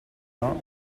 not